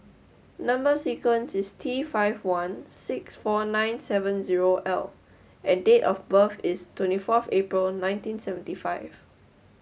number sequence is T five one six four nine seven zero L and date of birth is twenty four April nineteen seventy five